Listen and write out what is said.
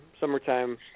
Summertime